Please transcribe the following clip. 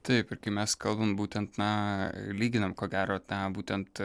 taip ir kai mes kalbam būtent na lyginam ko gero tą būtent